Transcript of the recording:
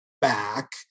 back